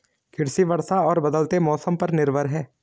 कृषि वर्षा और बदलते मौसम पर निर्भर है